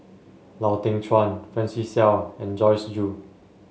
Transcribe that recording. Lau Teng Chuan Francis Seow and Joyce Jue